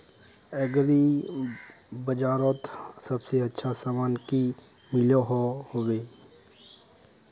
Agri बजारोत सबसे अच्छा सामान की मिलोहो होबे?